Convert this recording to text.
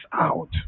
out